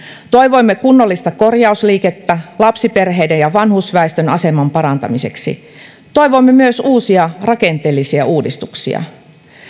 toivoimme kunnollista korjausliikettä lapsiperheiden ja vanhusväestön aseman parantamiseksi toivoimme myös uusia rakenteellisia uudistuksia